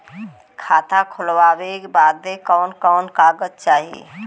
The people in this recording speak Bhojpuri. खाता खोलवावे बादे कवन कवन कागज चाही?